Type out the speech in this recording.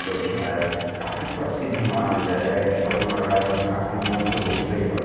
व्यवसाय काफी प्रसिद्ध मानल जाइत अछि आओर हमर राज्यमे काफी मुख्य रूपसे ई पर